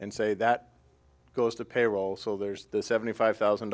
and say that goes to payroll so there's the seventy five thousand